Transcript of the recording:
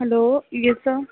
hello yes sir